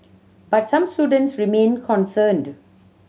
but some students remain concerned